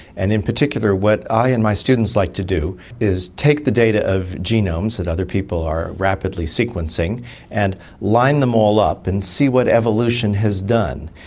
and in particular what i and my students like to do is take the data of genomes that other people are rapidly sequencing and line them all up and see what evolution has done.